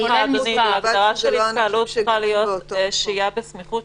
הימצאות של אנשים בסמיכות,